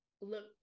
Look